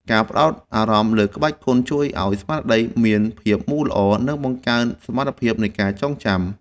ការផ្ដោតអារម្មណ៍លើក្បាច់គុណជួយឱ្យស្មារតីមានភាពមូលល្អ និងបង្កើនសមត្ថភាពនៃការចងចាំ។